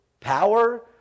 power